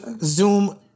Zoom